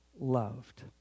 loved